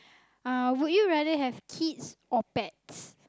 uh would you rather have kids or pets